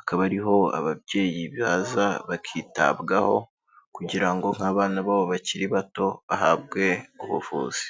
akaba ari ho ababyeyi baza bakitabwaho kugira ngo nk'abana babo bakiri bato bahabwe ubuvuzi.